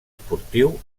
esportiu